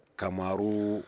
kamaru